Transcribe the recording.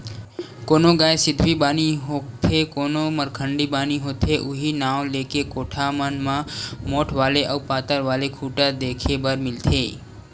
कोनो गाय सिधवी बानी होथे कोनो मरखंडी बानी होथे उहीं नांव लेके कोठा मन म मोठ्ठ वाले अउ पातर वाले खूटा देखे बर मिलथे